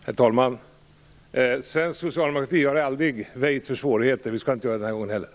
Herr talman! Svensk socialdemokrati har aldrig väjt för svårigheter. Vi skall inte göra det den här gången heller.